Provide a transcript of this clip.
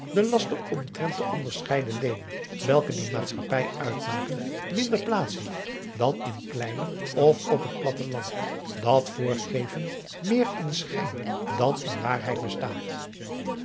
de laster omtrent de onderscheiden leden welke die maatschappij uitmaken minder plaats heeft dan in kleinere of adriaan loosjes pzn het leven van johannes wouter blommesteyn op het platte land dat voorgeven meer in schijn dan in waarheid bestaat